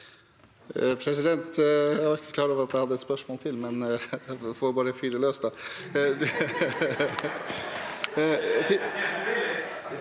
President, jeg var ikke klar over at jeg får et spørsmål til, men jeg får fyre løs